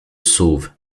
sauve